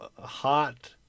hot